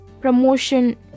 promotion